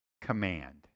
command